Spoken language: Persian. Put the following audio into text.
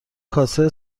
کاسه